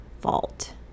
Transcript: fault